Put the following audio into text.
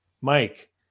mike